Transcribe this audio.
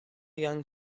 young